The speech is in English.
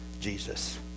Jesus